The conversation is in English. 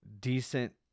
Decent